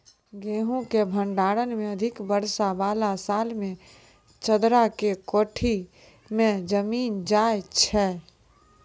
गेहूँ के भंडारण मे अधिक वर्षा वाला साल मे चदरा के कोठी मे जमीन जाय छैय?